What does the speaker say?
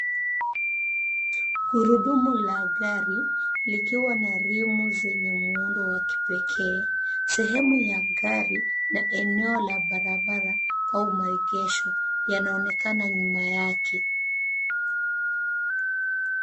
Gurudumu la gari likiwa na rimu zenye muundo wa kipekee. Sehemu ya gari na eneo la barabara au maegesho yanaonekana nyuma yake.